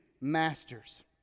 masters